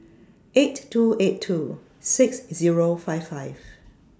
eight two eight two six Zero five five